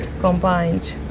combined